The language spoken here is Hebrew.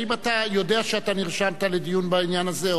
האם אתה יודע שאתה נרשמת לדיון בעניין הזה,